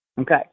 Okay